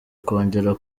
kongera